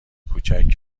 کوچک